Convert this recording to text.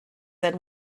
said